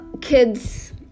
kids